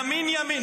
ימין ימין,